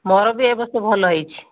ମୋ'ର ବି ଏବର୍ଷ ଭଲ ହୋଇଛି